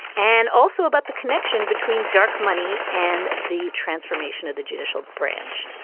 and also about the connection between dark money and the transformation of the judicial branch.